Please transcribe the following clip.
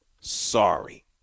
sorry